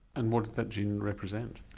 and what did that gene represent?